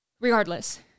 Regardless